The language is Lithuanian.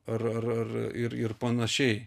ar ar ar ir ir panašiai